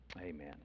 Amen